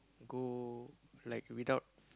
go like without